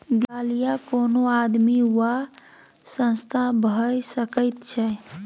दिवालिया कोनो आदमी वा संस्था भए सकैत छै